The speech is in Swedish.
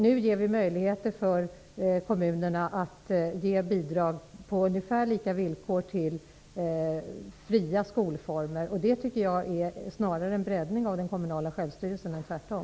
Nu ger vi möjligheter för kommunerna att ge bidrag på ungefär lika villkor till fria skolformer. Jag tycker att det snarare är en breddning av den kommunala självstyrelsen än tvärtom.